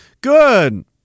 Good